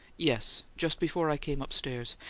yes just before i came upstairs.